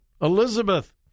Elizabeth